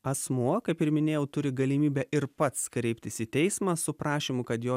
asmuo kaip ir minėjau turi galimybę ir pats kreiptis į teismą su prašymu kad jo